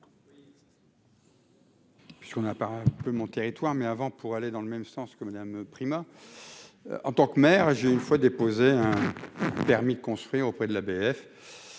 en tant que mère et j'ai une fois déposé un permis de construire auprès de la BF